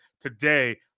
today